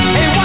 Hey